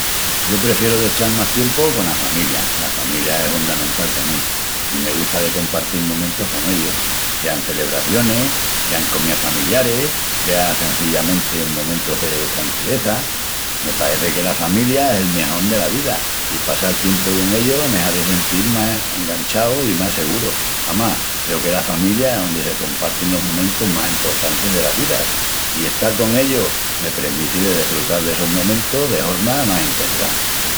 Yo prefieru d'echal más tiempu cona familia. La familia es hundamental pa mí, i me gusta de compartil momentus con ellus, sea en celebracionis, sea en comías familiaris, sea cenzillamenti en momentus de tranquileza. Me paeci que la familia es el miajón dela vida, i passal tiempu con ellus me hazi sentil más enganchau i más seguru. Amás, creu que la familia es ondi se compartin los momentus más emportantis dela vida, i estal con ellus me premiti de desfrutal d'essus momentus de horma más intesa.